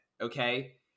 okay